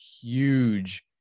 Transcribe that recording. huge